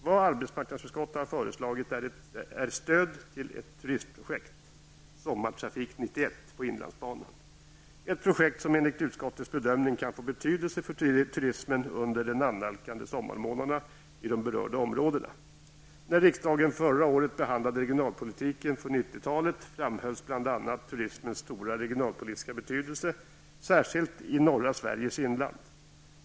Det arbetsmarknadsutskottet har föreslagit är stöd till ett turistprojekt, Sommartrafik -- 91 på inlandsbanan, ett projekt som enligt utskottets bedömning kan få betydelse för turismen i de berörda områdena under de annalkande sommarmånaderna. När riksdagen förra året behandlade regionalpolitiken för 90-talet framhölls bl.a. turismens stora regionalpolitiska betydelse, särskilt i norra Sveriges inland.